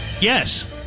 Yes